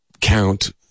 count